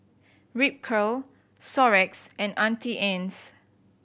Ripcurl Xorex and Auntie Anne's